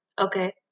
okay